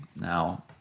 Now